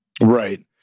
Right